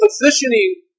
positioning